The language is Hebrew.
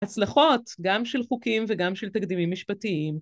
הצלחות גם של חוקים וגם של תקדימים משפטיים.